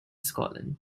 scotland